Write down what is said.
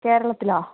കേരളത്തിലോ